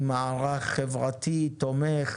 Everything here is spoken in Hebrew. עם מערך חברתי, תומך,